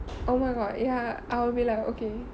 oh my god ya I'll be like okay